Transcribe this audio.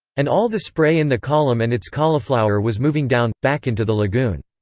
and all the spray in the column and its cauliflower was moving down, back into the lagoon.